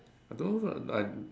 I don't know I